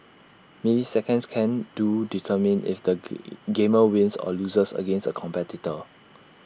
milliseconds can do determine if the gamer wins or loses against A competitor